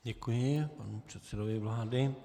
Děkuji panu předsedovi vlády.